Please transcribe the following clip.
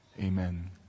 Amen